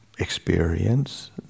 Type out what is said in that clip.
experience